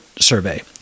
survey